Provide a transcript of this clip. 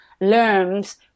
learns